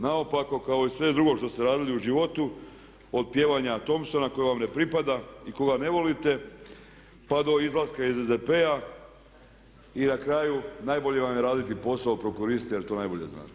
Naopako kao i sve drugo što ste radili u životu od pjevanja Thompsona koje vam ne pripada i kojeg ne volite pa do izlaska iz SDP-a i na kraju najbolje vam je raditi posao prokuriste jer to najbolje znate.